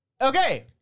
Okay